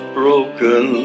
broken